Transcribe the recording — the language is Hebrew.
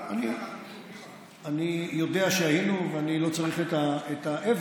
אני יודע שהיינו ואני לא צריך את האבן,